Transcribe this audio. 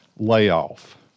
layoff